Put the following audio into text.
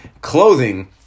clothing